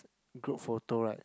group photo right